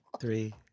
Three